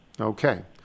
Okay